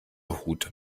hut